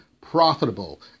profitable